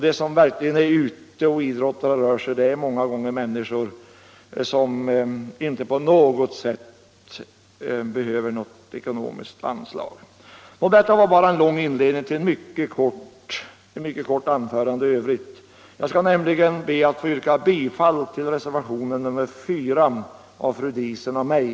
De som verkligen idrottar och är ute och rör på sig är många gånger människor som inte på något sätt behöver ekonomiska anslag. Detta var en lång inledning till ett mycket kort anförande i övrigt. Jag skall nämligen be att få yrka bifall till reservationen 4 av fru Diesen och mig.